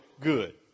good